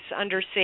undersea